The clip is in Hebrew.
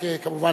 כמובן,